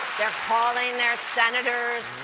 calling their senators.